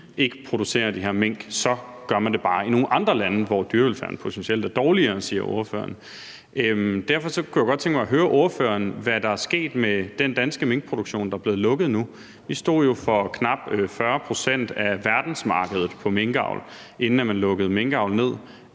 ikke producerer de her mink, så gør man det bare i nogle andre lande, hvor dyrevelfærden potentielt er dårligere. Det siger ordføreren. Derfor kunne jeg godt tænke mig at høre ordføreren, hvad der er sket med den danske minkproduktion, der er blevet lukket nu. Vi stod jo for knap 40 pct. af verdensmarkedet inden for minkavl, inden man lukkede minkavl ned.